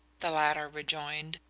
the latter rejoined,